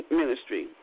ministry